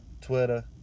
Twitter